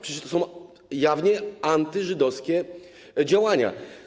Przecież to są jawnie antyżydowskie działania.